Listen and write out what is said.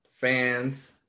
fans